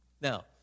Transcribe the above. Now